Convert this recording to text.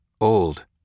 Old